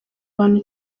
abantu